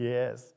Yes